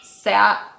sat